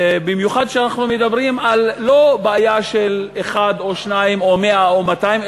במיוחד שאנחנו מדברים לא על בעיה של אחד או שניים או מאה או מאתיים,